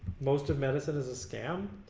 most of medicine is a scam?